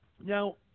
Now